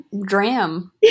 dram